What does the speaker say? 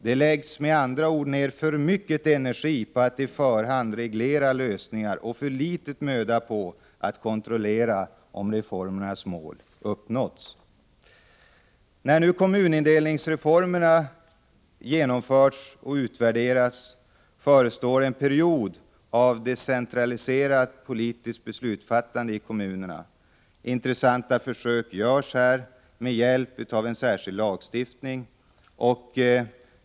Det läggs med andra ord ned för mycket energi på att i förhand reglera lösningar och för litet möda på att kontrollera om reformernas mål uppnåtts. När nu kommunindelningsreformerna genomförts och utvärderats, förestår en period av decentraliserat politiskt beslutsfattande i kommunerna. Intressanta försök har inletts med hjälp av en särskild lagstiftning.